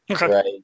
right